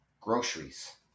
Groceries